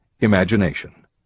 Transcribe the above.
Imagination